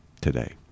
today